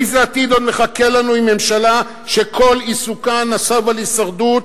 איזה עתיד עוד מחכה לנו עם ממשלה שכל עיסוקה נסב על הישרדות,